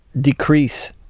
decrease